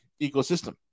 ecosystem